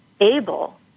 able